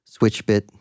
Switchbit